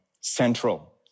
central